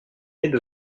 qu’est